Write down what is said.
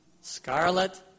scarlet